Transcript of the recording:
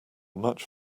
much